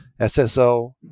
SSO